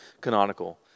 canonical